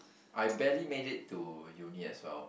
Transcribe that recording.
I barely made it to union as well